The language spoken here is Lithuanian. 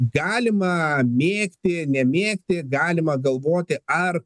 galima mėgti nemėgti galima galvoti ar